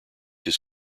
his